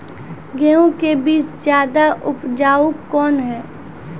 गेहूँ के बीज ज्यादा उपजाऊ कौन है?